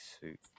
suit